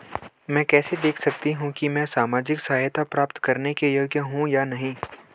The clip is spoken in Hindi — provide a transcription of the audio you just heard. मैं कैसे देख सकती हूँ कि मैं सामाजिक सहायता प्राप्त करने के योग्य हूँ या नहीं?